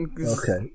Okay